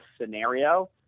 scenario